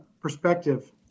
perspective